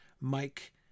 Mike